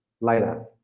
later